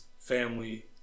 family